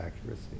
accuracy